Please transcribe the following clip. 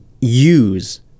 use